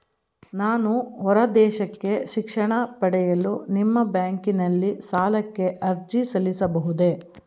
ನಾನು ಹೊರದೇಶಕ್ಕೆ ಶಿಕ್ಷಣ ಪಡೆಯಲು ನಿಮ್ಮ ಬ್ಯಾಂಕಿನಲ್ಲಿ ಸಾಲಕ್ಕೆ ಅರ್ಜಿ ಸಲ್ಲಿಸಬಹುದೇ?